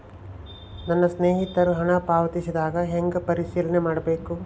ನನ್ನ ಸ್ನೇಹಿತರು ಹಣ ಪಾವತಿಸಿದಾಗ ಹೆಂಗ ಪರಿಶೇಲನೆ ಮಾಡಬೇಕು?